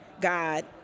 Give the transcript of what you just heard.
god